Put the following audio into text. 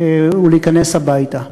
ולהיכנס הביתה,